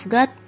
God